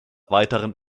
weiteren